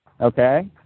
okay